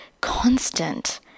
constant